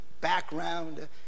background